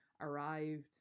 arrived